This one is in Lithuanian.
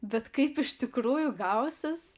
bet kaip iš tikrųjų gausis